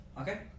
okay